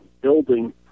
building